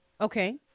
okay